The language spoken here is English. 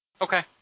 Okay